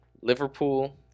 Liverpool